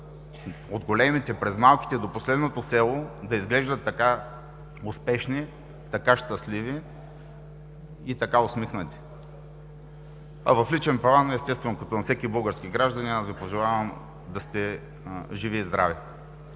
от големите, през малките до последното село да изглеждат така успешни, така щастливи и така усмихнати. В личен план, естествено, като на всеки български гражданин аз Ви пожелавам да сте живи и здрави!